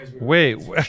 Wait